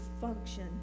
function